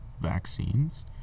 vaccines